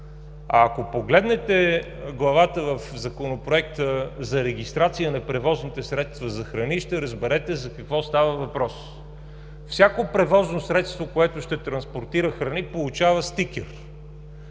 Ако погледнете главата в Законопроекта за регистрация на превозните средства за храни, ще разберете за какво става въпрос. Всяко превозно средство, което ще транспортира храни, получава стикер.